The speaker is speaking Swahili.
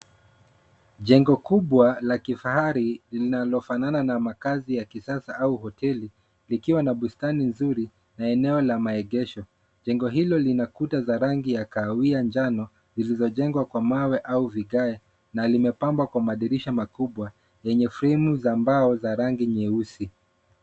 Jengo kubwa la kifahari linalofanana na makazi ya kisasa au hoteli likiwa na bustani nzuri na eneo la maegesho. Jengo hilo lina kuta za rangi ya kahawia njano zilizojengwa kwa mawe au vigae na limepambwa kwa madirisha makubwa yenye fremu za mbao za rangi nyeusi.